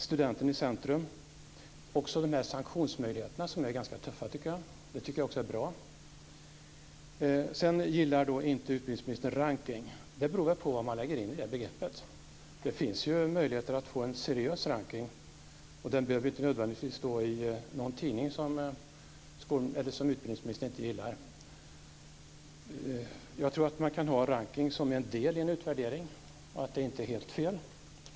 Studenten ska stå i centrum. Jag tycker också att de ganska tuffa sanktionsmöjligheterna är bra. Sedan gillar inte utbildningsministern rankning. Det beror på vad man lägger in i det begreppet. Det finns möjligheter att få en seriös rankning. Den behöver nödvändigtvis inte publiceras i någon tidning. Jag tror att man kan ha rankning som en del i en utvärdering, att det inte är helt fel.